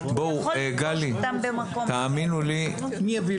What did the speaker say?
גם אם יפקע